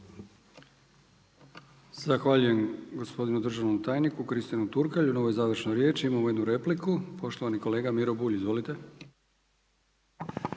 Zahvaljujem gospodinu državnom tajniku Kristijanu Turkalju na ovoj završnoj riječi. Imamo jednu repliku, poštovani kolega Miro Bulj. Izvolite.